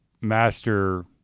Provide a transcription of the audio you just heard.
master